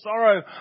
sorrow